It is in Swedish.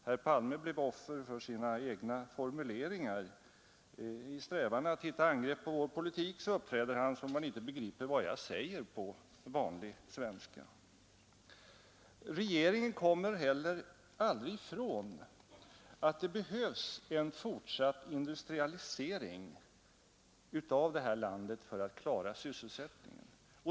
Herr Palme blev offer för sina egna formuleringar; i sin strävan att finna angreppspunkter på vår politik uppträder han som om han inte begriper vad jag säger på vanlig svenska. Regeringen kommer heller aldrig ifrån att det behövs en fortsatt industrialisering i det här landet för att vi skall klara sysselsättningen.